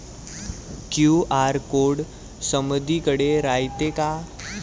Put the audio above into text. QR code समदीकडे रायतो का?